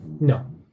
No